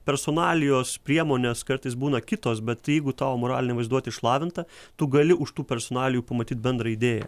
personalijos priemonės kartais būna kitos bet jeigu tavo moralinė vaizduotė išlavinta tu gali už tų personalijų pamatyt bendrą idėją